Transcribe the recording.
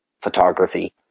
Photography